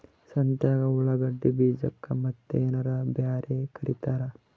ಸಂತ್ಯಾಗ ಉಳ್ಳಾಗಡ್ಡಿ ಬೀಜಕ್ಕ ಮತ್ತೇನರ ಬ್ಯಾರೆ ಕರಿತಾರ?